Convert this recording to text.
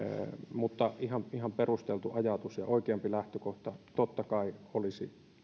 mutta ihan ihan perusteltu ajatus ja oikeampi lähtökohta totta kai olisi